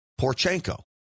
Porchenko